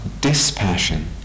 dispassion